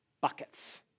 buckets